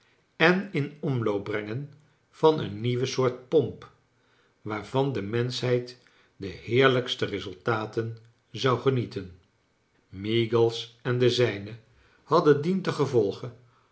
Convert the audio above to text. en in omloop brengen van eene nieuwe soort pomp waarvan de menschheid de heerlijkste resultaten zou genieten meagles en de zijnen hadden dientengevolge